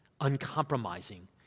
uncompromising